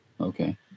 Okay